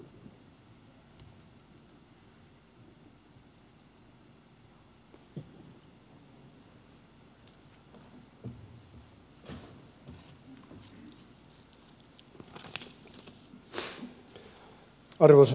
arvoisa puhemies